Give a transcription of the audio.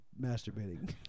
Masturbating